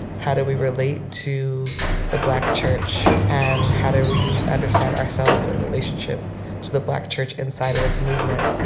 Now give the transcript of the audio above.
how do we relate to the black church, and how do we understand ourselves in and relationship to the black church inside of this movement?